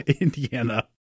Indiana